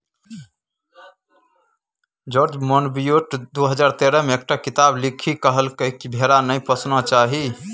George Monbiot दु हजार तेरह मे एकटा किताप लिखि कहलकै कि भेड़ा नहि पोसना चाही